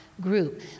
group